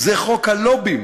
זה חוק הלובים,